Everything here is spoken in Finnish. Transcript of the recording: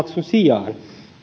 sijaan